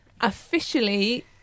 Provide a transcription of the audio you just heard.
officially